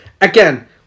Again